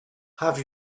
have